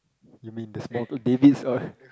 you mean the Davids all